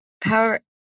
power